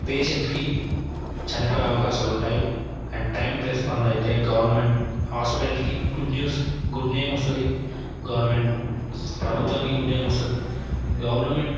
పేషెంట్కి చనిపోయే అవకాశాలు ఉంటాయి అండ్ టైంకి రెస్పాండ్ అయితే గవర్నమెంట్ హాస్పిటల్కి గుడ్ న్యూస్ గుడ్ నేమ్ వస్తుంది గవర్నమెంట్ ప్రభుత్వానికి గుడ్ నేమ్ వస్తుంది గవర్నమెంట్